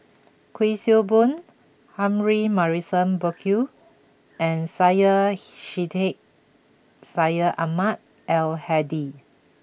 Kuik Swee Boon Humphrey Morrison Burkill and Syed Sheikh Syed Ahmad Al Hadi